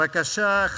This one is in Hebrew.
בבקשה,